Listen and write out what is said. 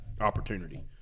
opportunity